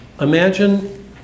imagine